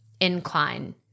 incline